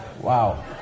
Wow